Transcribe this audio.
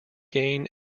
gain